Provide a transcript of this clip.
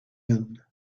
end